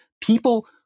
people